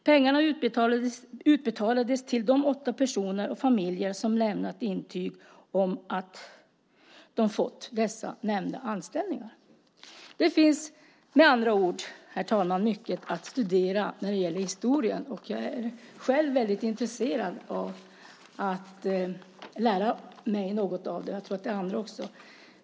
Pengarna utbetalades till de åtta personer med familjer som lämnat intyg om att de fått dessa anställningar. Det finns med andra ord, herr talman, mycket att studera när det gäller historia. Jag är själv väldigt intresserad av att lära mig något av den. Det tror jag att andra också är.